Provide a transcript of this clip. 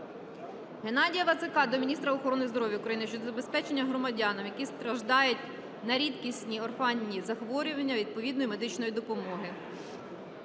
Геннадія Вацака до Міністерства охорони здоров'я України щодо забезпечення громадянам, які страждають на рідкісні (орфанні) захворювання відповідної медичної допомоги.